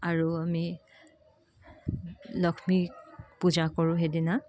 আৰু আমি লক্ষ্মীক পূজা কৰোঁ সিদিনা